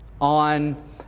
on